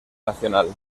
nacional